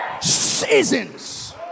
seasons